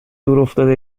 دورافتاده